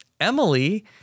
Emily